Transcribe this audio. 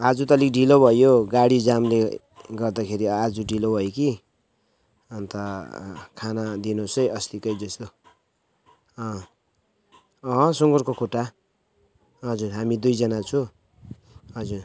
आज त अलिक ढिलो भइयो गाडी जामले गर्दाखेरि आज ढिलो भयो कि अन्त खाना दिनुहोस् है अस्तिकै जस्तो अँ अँ सुँगुरको खुट्टा हजुर हामी दुईजना छौँ हजुर